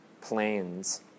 planes